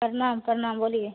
प्रणाम प्रणाम बोलिए